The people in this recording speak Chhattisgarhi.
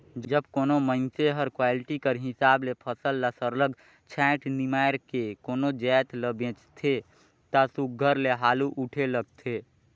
जब कोनो मइनसे हर क्वालिटी कर हिसाब ले फसल ल सरलग छांएट निमाएर के कोनो जाएत ल बेंचथे ता सुग्घर ले हालु उठे लगथे